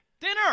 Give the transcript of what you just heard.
Dinner